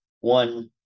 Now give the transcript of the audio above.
One